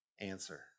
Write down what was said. answer